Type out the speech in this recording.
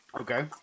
Okay